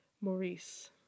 Maurice